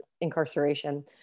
incarceration